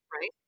right